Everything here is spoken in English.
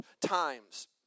times